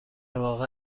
واقع